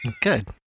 good